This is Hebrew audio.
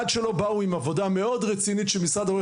עד שלא באו עם עבודה מאוד רצינית של משרד רואי